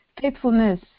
Faithfulness